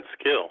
skill